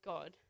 God